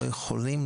לא יכולים,